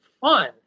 fun